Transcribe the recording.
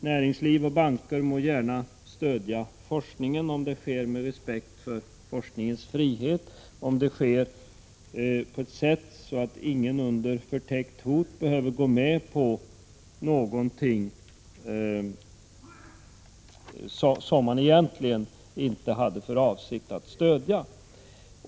Näringsliv och banker må gärna stödja forskningen, om det sker med respekt för forskningens frihet, om det sker på ett sådant sätt att ingen under förtäckt hot behöver gå med på någonting som han egentligen inte hade för avsikt att göra.